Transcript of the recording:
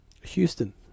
Houston